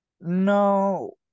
no